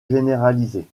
généralisée